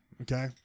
Okay